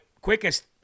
quickest